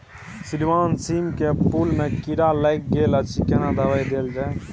श्रीमान सीम के फूल में कीरा लाईग गेल अछि केना दवाई देल जाय?